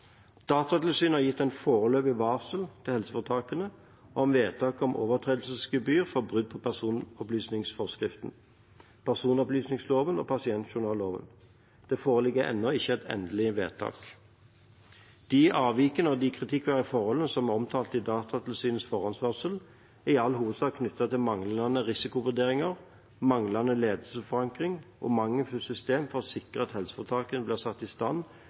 Datatilsynet har gitt et foreløpig varsel til helseforetakene om vedtak om overtredelsesgebyr for brudd på personopplysningsforskriften, personopplysningsloven og pasientjournalloven. Det foreligger ennå ikke et endelig vedtak. De avvikene og kritikkverdige forholdene som er omtalt i Datatilsynets forhåndsvarsel, er i all hovedsak knyttet til manglende risikovurderinger, manglende ledelsesforankring og mangelfullt system for å sikre at helseforetakene blir satt i stand